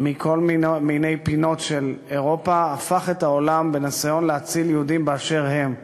מכל מיני פינות של אירופה הפך את העולם בניסיון להציל יהודים באשר הם,